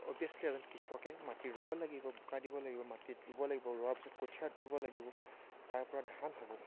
obviously এজন কৃষকে মাটি ৰুব লাগিব বোকা দিব লাগিব মাটিত ৰুব লাগিব ৰোৱাৰ পিছত কঠীয়াত ৰুব লাগিব তাৰ পৰা ধান হ'ব